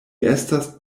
estas